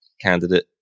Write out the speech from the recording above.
Candidate